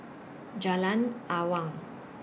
Jalan Awang